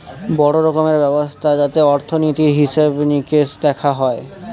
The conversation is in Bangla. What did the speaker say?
বড়ো রকমের ব্যবস্থা যাতে অর্থনীতির হিসেবে নিকেশ দেখা হয়